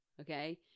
okay